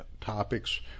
topics